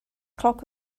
clock